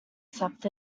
slept